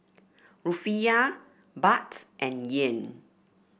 Rufiyaa Baht and Yen